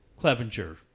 Clevenger